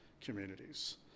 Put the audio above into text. communities